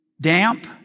damp